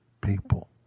people